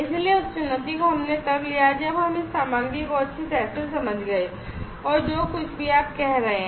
इसलिए उस चुनौती को हमने तब लिया जब हम इस सामग्री को अच्छी तरह से समझ गए और जो कुछ भी आप कह रहे हैं